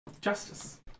Justice